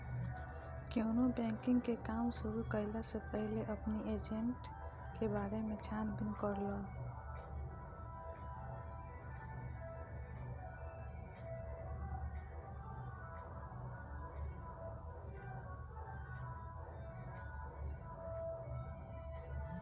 केवनो बैंकिंग के काम शुरू कईला से पहिले अपनी एजेंट के बारे में छानबीन कर लअ